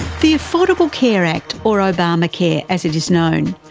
the affordable care act, or obamacare as it is known,